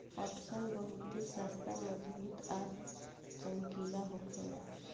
पटसन बहुते सस्ता मजबूत आ चमकीला होखेला